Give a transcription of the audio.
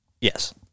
Yes